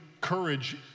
courage